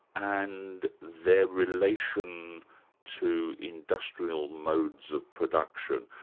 and their relation to industrial modes of production.